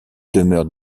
demeure